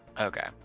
okay